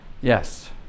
Yes